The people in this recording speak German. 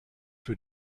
für